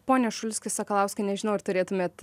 pone šulski sakalauskai nežinau ar turėtumėt